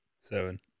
Seven